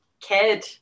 kid